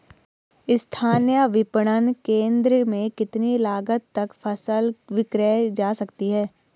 स्थानीय विपणन केंद्र में कितनी लागत तक कि फसल विक्रय जा सकती है?